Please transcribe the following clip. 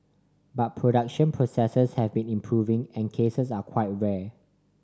but production processes have been improving and cases are quite rare